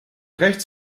rechts